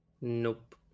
Nope